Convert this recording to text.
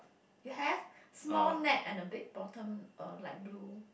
you have small neck and a big bottom uh like blue